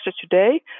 Today